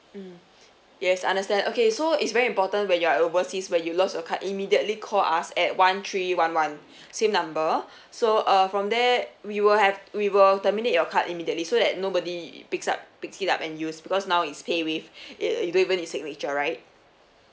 mm yes understand okay so it's very important when you're at overseas when you lost your card immediately call us at one three one one same number so uh from there we will have we will terminate your card immediately so that nobody picks up picks it up and use because now it's paywave it it don't even need signature right